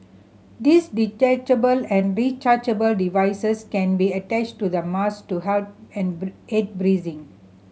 these detachable and rechargeable devices can be attached to the mask to help aid breathing